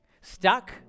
stuck